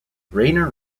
rayner